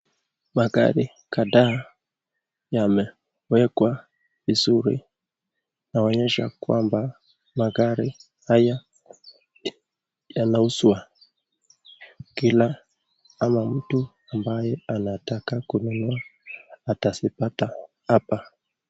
Magari kadhaa yamewekwa vizuri inaonyesha kwamba magari haya yansuzwa Kila ama mtu ambaye anataka kununua atazipata hapa.